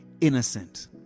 innocent